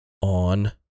on